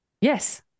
Yes